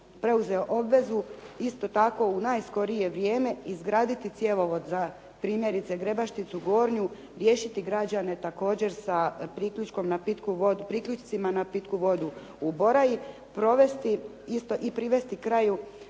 preuzeo obvezu isto tako u najskorije vrijeme izgraditi cjevovod primjerice za Grebašnicu gornju, riješiti građane također sa priključkom na pitku vodu u Boraji, i privesti kraju